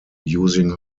using